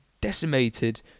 decimated